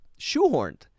shoehorned